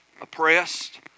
oppressed